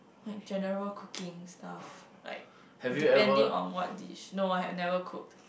like general cooking stuff like depending on what dish no I have never cooked